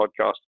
podcast